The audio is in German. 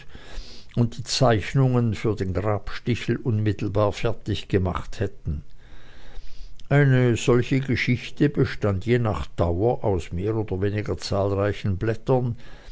und die zeichnungen für den grabstichel unmittelbar fertig gebracht hätten eine solche geschichte bestand je nach ihrer dauer aus mehr oder weniger zahlreichen blättern